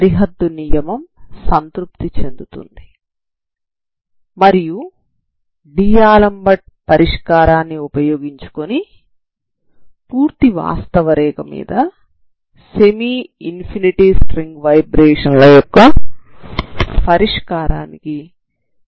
సరిహద్దు నియమం సంతృప్తి చెందుతుంది మరియు డి'ఆలెంబెర్ట్Dalembert పరిష్కారాన్ని ఉపయోగించుకొని పూర్తి వాస్తవ రేఖ మీద సెమీ ఇన్ఫినిటీ స్ట్రింగ్ వైబ్రేషన్ ల యొక్క పరిష్కారానికి కనుగొంటారు